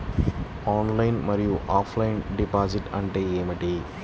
Online మరియు offline deposit అంటే ఏమిటి?